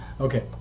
Okay